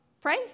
pray